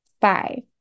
Five